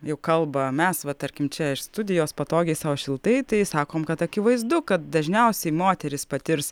juk kalba mes va tarkim čia iš studijos patogiai sau šiltai tai sakom kad akivaizdu kad dažniausiai moterys patirs